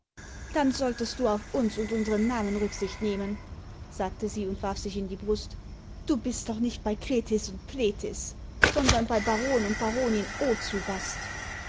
dann solltest du auf uns und unsem namen rücksicht nehmen sagte sie und warf sich in die brust y du bist doch nicht bei krethis und plethis sondern bei baron und baronin o zu gast